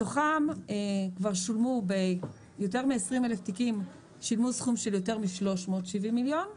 מתוכם כבר שולמו ביותר מ-20,000 תיקים סכום של יותר מ-370 מיליון.